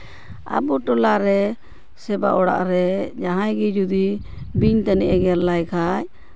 ᱟᱵᱚ ᱴᱚᱞᱟᱨᱮ ᱥᱮᱵᱟ ᱚᱲᱟᱜ ᱨᱮ ᱡᱟᱦᱟᱸᱭ ᱜᱮ ᱡᱩᱫᱤ ᱵᱤᱧ ᱛᱟᱹᱱᱤᱡᱼᱮ ᱜᱮᱨ ᱞᱮᱭᱠᱷᱟᱡ